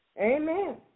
Amen